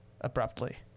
abruptly